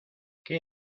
qué